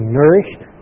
nourished